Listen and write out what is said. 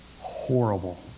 horrible